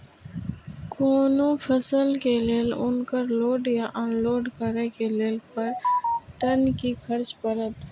कोनो फसल के लेल उनकर लोड या अनलोड करे के लेल पर टन कि खर्च परत?